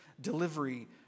delivery